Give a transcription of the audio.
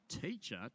teacher